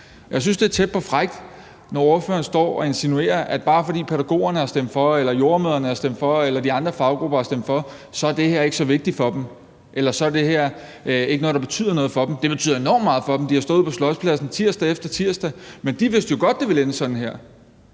Jeg synes, det er tæt på at være frækt, når ordføreren står og insinuerer, at bare fordi pædagogerne, jordemødrene eller de andre faggrupper har stemt for, så er det her ikke så vigtigt for dem, eller så er det her ikke noget, der betyder noget for dem. Det betyder enormt meget for dem! De har stået ude på Slotspladsen tirsdag efter tirsdag, men de vidste jo godt, at det ville ende sådan her.